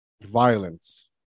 violence